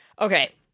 okay